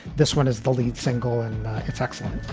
this one is the lead single and it's excellent